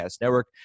Network